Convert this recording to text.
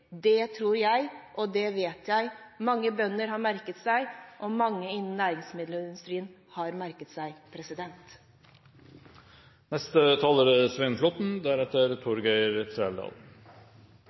Det tror jeg – og det vet jeg – at mange bønder og mange innen næringsmiddelindustrien har merket seg. Det er